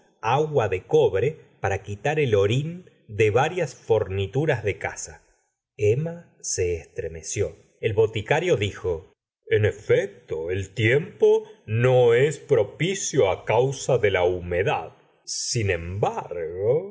agua de co bre para quitar el orín de varias fornituras de za emma se estremeció el boticario dijo en efecto el tiempo no es propicio causa de la humedad sin embargo